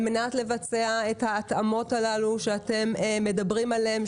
מנת לבצע את ההתאמות הללו שאתם מדברים עליהן,